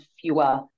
fewer